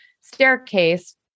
staircase